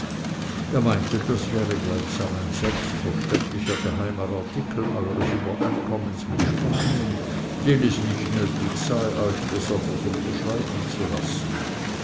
er meinte das wäre gleichsam ein selbstverständlicher geheimer artikel eures übereinkommens mit spanien den es nicht nötig sei euch besonders unterschreiben zu lassen